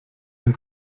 den